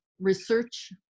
research